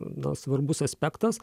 na svarbus aspektas